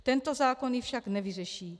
Tento zákon ji však nevyřeší.